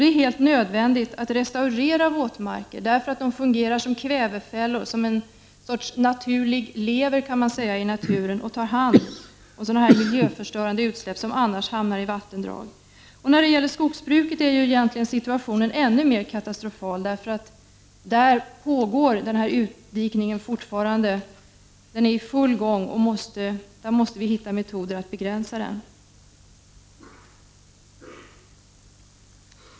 Det är nödvändigt att restaurera våtmarker, för de fungerar som kvävefällor, alltså som en sorts naturlig lever så att säga i naturen som tar hand om miljöförstörande utsläpp som annars hamnar i vattendrag. När det gäller skogsbruket är situationen egentligen ännu mer katastrofal. Där pågår utdikning fortfarande. Den är i full gång, och vi måste hitta metoder att begränsa den.